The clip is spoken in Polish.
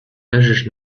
leżysz